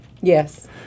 Yes